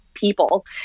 people